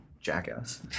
Jackass